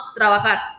trabajar